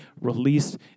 released